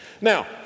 Now